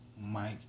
Mike